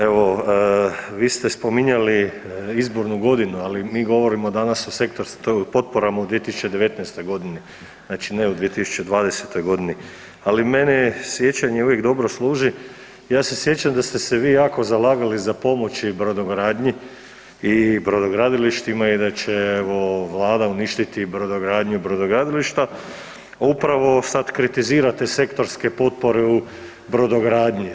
Evo vi ste spominjali izbornu godinu, ali mi govorimo danas o potporama u 2019.g. znači ne u 2020.g., ali mene sjećanje uvijek dobro služi, ja se sjećam da ste se vi jako zalagali za pomoći brodogradnji i brodogradilištima i da će evo Vlada uništiti brodogradnju, brodogradilišta, a upravo sad kritizirate sektorske potpore u brodogradnji.